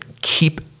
keep